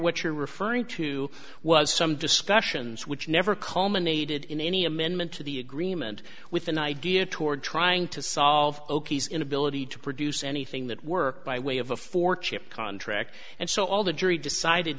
what you're referring to was some discussions which never culminated in any amendment to the agreement with an idea toward trying to solve these inability to produce anything that work by way of a four chip contract and so all the jury decided